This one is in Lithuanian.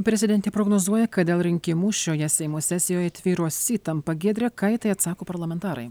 prezidentė prognozuoja kad dėl rinkimų šioje seimo sesijoje tvyros įtampa giedre ką į tai atsako parlamentarai